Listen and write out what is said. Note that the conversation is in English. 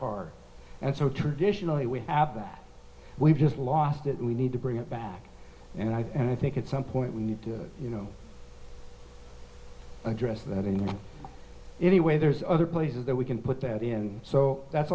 hard and so traditionally we have that we've just lost it we need to bring it back and i and i think it's some point we need to you know address that in any way there's other places that we can put that in so that's